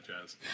jazz